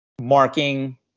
marking